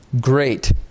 great